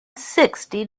sixty